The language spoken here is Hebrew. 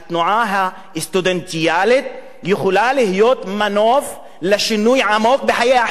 הסטודנטיאלית יכולה להיות מנוף לשינוי עמוק בחיי החברה.